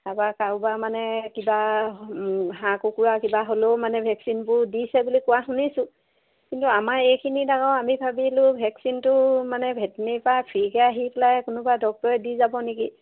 তাপা কাৰোবাৰ মানে কিবা হাঁহ কুকুৰা কিবা হ'লেও মানে ভেকচিনবোৰ দিছে বুলি কোৱা শুনিছোঁ কিন্তু আমাৰ এইখিনি ডাঙৰ আমি ভাবিলোঁ ভেকচিনটো মানে ভেটনেৰীপৰা ফ্ৰীকৈ আহি পেলাই কোনোবা ডক্টৰে দি যাব নেকি